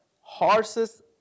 horses